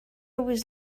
was